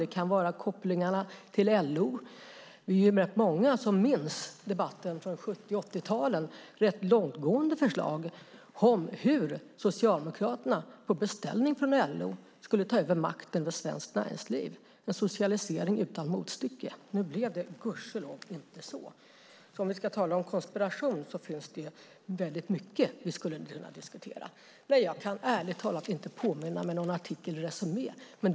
Det kan handla om kopplingen till LO. Vi är många som minns debatten från 70 och 80-talet med rätt långtgående förslag om hur Socialdemokraterna på beställning från LO skulle ta makten över svenskt näringsliv. Det var en socialisering utan motstycke. Det blev gudskelov inte så. Om vi ska tala om konspiration finns det mycket att diskutera. Jag kan ärligt talat inte påminna mig någon artikel i Resumé.